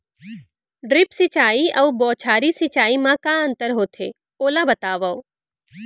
Drip सिंचाई अऊ बौछारी सिंचाई मा का अंतर होथे, ओला बतावव?